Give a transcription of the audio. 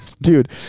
Dude